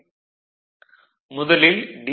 vlcsnap 2018 11 05 09h47m30s112 முதலில் D